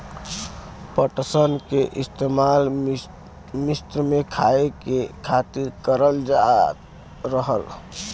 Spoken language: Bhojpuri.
पटसन क इस्तेमाल मिस्र में खाए के खातिर करल जात रहल